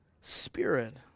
spirit